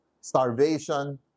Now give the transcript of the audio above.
starvation